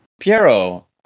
Piero